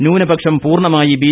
ന്യൂനപക്ഷം പൂർണ്ണമായി ബി